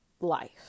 life